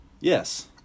Yes